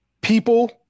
people